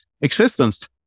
existence